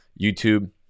YouTube